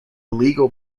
legal